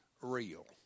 real